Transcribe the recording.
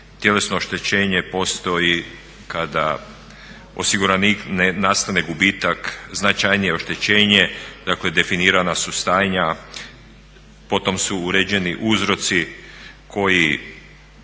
tjelesno oštećenje postoji kada osiguranik ne nastane gubitak značajnije oštećenje, dakle definirana su stanja, potom su uređeni uzroci koji